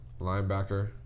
Linebacker